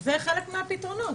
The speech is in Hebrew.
זה חלק מהפתרונות.